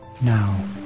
Now